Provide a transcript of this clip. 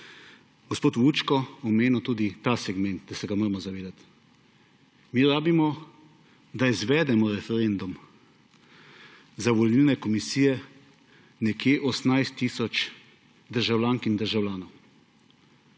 gospod Vučko omenil tudi ta segment, da se ga moramo zavedati. Mi rabimo, da izvedemo referendum za volilne komisije, nekje 18 tisoč državljank in državljanov.